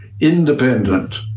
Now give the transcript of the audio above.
independent